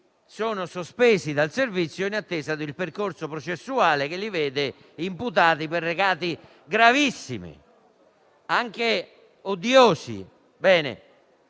sono sospesi dal servizio in attesa del percorso processuale che li vede imputati per reati gravissimi, anche odiosi.